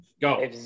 Go